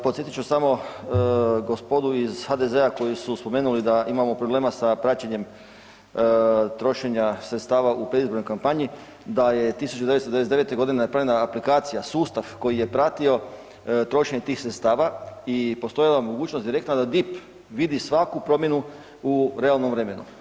Podsjetit ću samo gospodu iz HDZ-a koji su spomenuli da imamo problema sa praćenjem trošenja sredstava u predizbornoj kampanji, da je 1999. godine napravljena aplikacija sustav koji je pratio trošenje tih sredstava i postojala je mogućnost da direktno DIP vidi svaku promjenu u realnom vremenu.